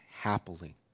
happily